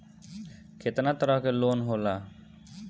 केतना तरह के लोन होला?